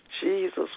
Jesus